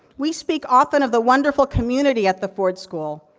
we speak often of the wonderful community at the ford school.